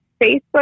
Facebook